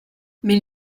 mais